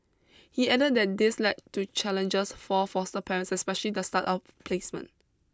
he added that this led to challenges for foster parents especially the start of placement